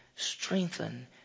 Strengthen